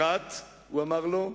אחת, הוא אמר לו: